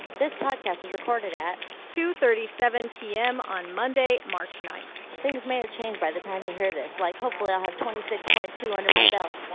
this podcast was recorded at. two thirty seven p m. on monday, march nine point things may have changed by the time you hear this, like hopefully, i'll have twenty six point two under my belt.